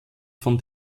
von